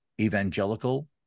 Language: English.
evangelical